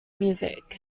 music